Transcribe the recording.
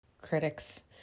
critics